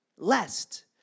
lest